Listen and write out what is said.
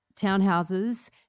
townhouses